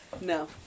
No